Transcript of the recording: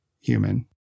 human